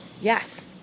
yes